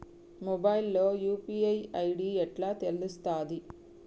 Mobile లో UPI ID ఎట్లా తెలుస్తది?